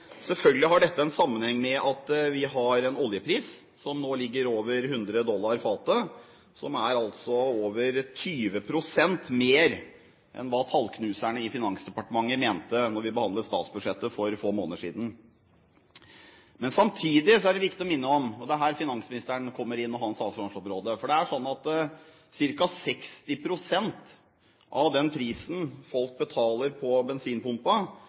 Selvfølgelig har dette en sammenheng med at vi har en oljepris som nå ligger over 100 dollar fatet, som altså er over 20 pst. mer enn hva tallknuserne i Finansdepartementet mente da vi behandlet statsbudsjettet for få måneder siden. Samtidig er det viktig å minne om – og det er her finansministeren og hans ansvarsområde kommer inn – at ca. 60 pst. av den prisen folk betaler